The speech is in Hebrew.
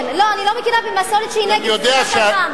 אני לא מכירה במסורת שהיא נגד זכויות האדם.